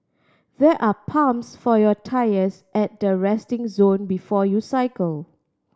there are pumps for your tyres at the resting zone before you cycle